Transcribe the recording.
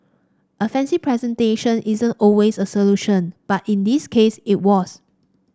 a fancy presentation isn't always a solution but in this case it was